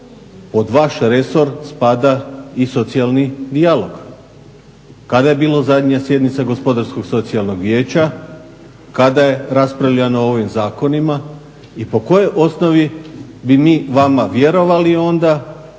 Pod vaš resor spada i socijalni dijalog. Kada je bila zadnja sjednica Gospodarsko-socijalnog vijeća, kada je raspravljano o ovim zakonima i po kojoj osnovi bi mi vama vjerovali onda